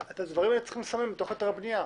את הדברים האלה צריך לסמן בתוך היתר הבנייה.